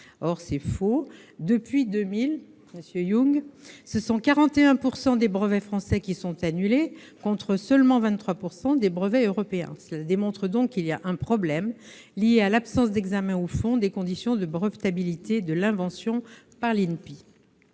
C'est faux ! Depuis 2000, monsieur Yung, ce sont 41 % des brevets français qui sont annulés, contre seulement 23 % des brevets européens. Cela démontre donc qu'il y a un problème, lié à l'absence d'examen au fond des conditions de brevetabilité de l'invention par l'INPI.